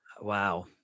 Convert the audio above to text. wow